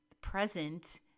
present